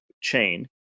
chain